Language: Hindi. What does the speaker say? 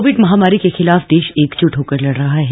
कोविड महामारी के खिलाफ देश एकज्ट होकर लड़ रहा है